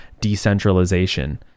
decentralization